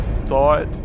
thought